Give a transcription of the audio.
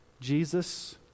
Jesus